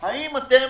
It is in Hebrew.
אם אתם